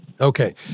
Okay